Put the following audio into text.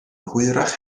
hwyrach